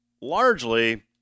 largely